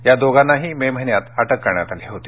या दोघांनाही मे महिन्यात अटक करण्यात आली होती